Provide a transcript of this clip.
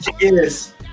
Yes